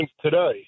today